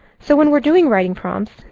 so when we're doing writing prompts,